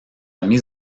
mis